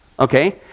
Okay